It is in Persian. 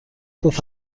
گفت